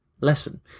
lesson